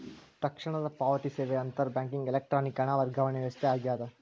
ತಕ್ಷಣದ ಪಾವತಿ ಸೇವೆ ಅಂತರ್ ಬ್ಯಾಂಕ್ ಎಲೆಕ್ಟ್ರಾನಿಕ್ ಹಣ ವರ್ಗಾವಣೆ ವ್ಯವಸ್ಥೆ ಆಗ್ಯದ